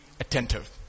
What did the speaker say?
attentive